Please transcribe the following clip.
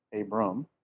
Abram